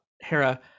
Hera